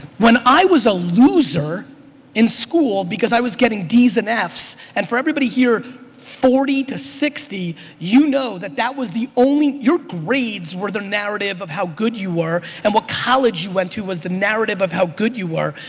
when i was a loser in school because i was getting d's and f's and for everybody here forty to sixty you know that that was the only, your grades were the narrative of how good you were and what college you went to was the narrative of how good you were.